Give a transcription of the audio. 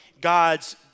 God's